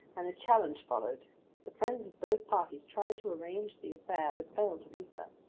and a challenge followed the friends of both parties tried to arrange the affair, but failed to do so.